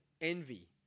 envy